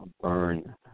burn